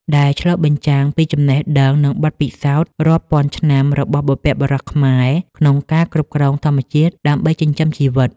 ដែលឆ្លុះបញ្ចាំងពីចំណេះដឹង និងបទពិសោធន៍រាប់ពាន់ឆ្នាំរបស់បុព្វបុរសខ្មែរក្នុងការគ្រប់គ្រងធម្មជាតិដើម្បីចិញ្ចឹមជីវិត។